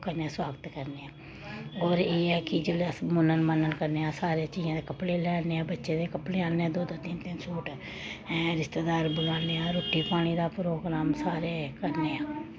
कन्नै सुआग्त करने आं होर एह् ऐ कि जेल्लै अस मुन्नन मन्नन करने आं सारे जियें दे कपड़े लैन्ने आं बच्चे दे कपड़े आह्नने आं दो दो तिन्न तिन्न सूट ऐं रिश्तेदार बुलाने आं रुट्टी पानी दा प्रोग्राम सारे करने आं